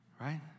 right